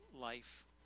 life